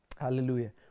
hallelujah